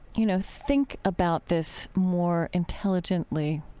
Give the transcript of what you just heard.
you know, think about this more intelligently,